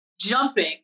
jumping